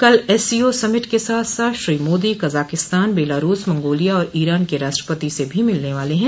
कल SCO summit के साथ साथ Shri Modi Kazakhstan Belarus Mongolia और ईरान के राष्ट्रपति से भी मिलने वाले हैं